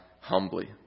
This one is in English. humbly